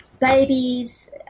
Babies